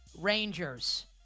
Rangers